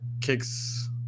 kicks